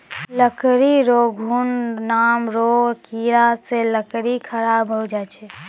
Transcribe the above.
लकड़ी रो घुन नाम रो कीड़ा से लकड़ी खराब होय जाय छै